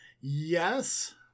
Yes